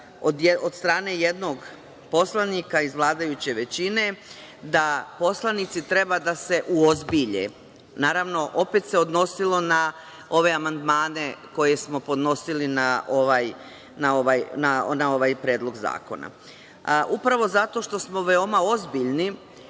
od strane jednog poslanika iz vladajuće većine da poslanici treba da se uozbilje. Naravno, opet se odnosilo na ove amandmane koje smo podnosili na ovaj Predlog zakona, upravo zato što smo veoma ozbiljni,